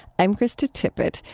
i'm krista tippett.